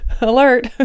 alert